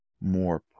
more